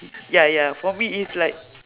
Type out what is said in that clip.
ya ya for me it's like